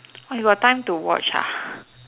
!wah! you got time to watch ah